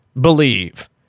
believe